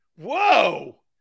Whoa